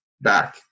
back